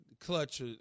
Clutch